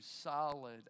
solid